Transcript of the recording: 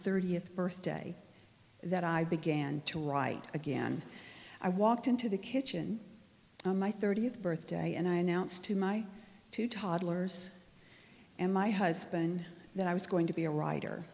thirtieth birthday that i began to write again i walked into the kitchen on my thirtieth birthday and i announced to my two toddlers and my husband that i was going to be a writer